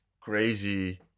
crazy